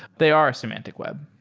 they are a semantic web.